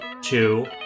two